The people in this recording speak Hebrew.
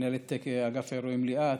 מנהלת אגף האירועים ליאת,